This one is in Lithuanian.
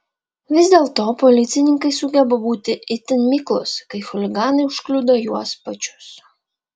vis dėlto policininkai sugeba būti itin miklūs kai chuliganai užkliudo juos pačius